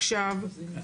עכשיו,